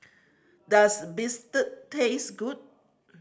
does bistake taste good